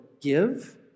give